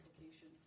application